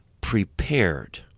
prepared